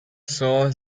saw